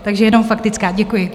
Takže jenom faktická, děkuji.